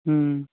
ہوں